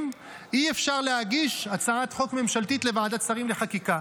אי-אפשר להגיש הצעת חוק ממשלתית לוועדת שרים לחקיקה.